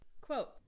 Quote